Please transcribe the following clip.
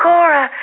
Cora